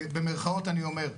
במרכאות אני אומר,